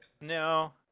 No